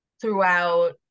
throughout